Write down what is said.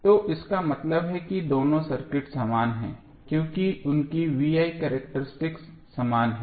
तो इसका मतलब है कि दोनों सर्किट समान हैं क्योंकि उनकी V I कॅरक्टरिस्टिक्स समान हैं